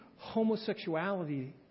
Homosexuality